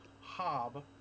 Hob